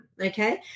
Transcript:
okay